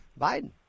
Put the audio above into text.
Biden